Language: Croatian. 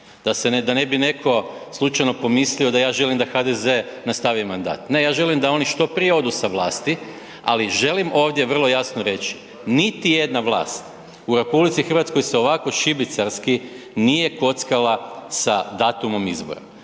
da ne bi netko slučajno pomislio da ja želim da HDZ nastavi mandat, ne ja želim da oni što prije odu sa vlasti, ali želim ovdje vrlo jasno reći. Niti jedna vlast u RH se ovako šibicarski nije kockala sa datumom izbora.